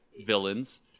villains